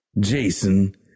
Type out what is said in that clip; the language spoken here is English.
Jason